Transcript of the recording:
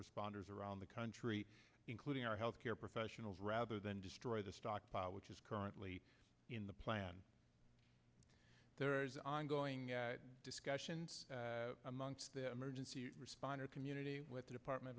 responders around the country including our health care professionals rather than destroy the stockpile which is currently in the plan there is ongoing discussions amongst the emergency responder community with the department